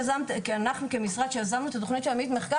אנחנו כמשרד כשיזמנו את התכנית של עמית מחקר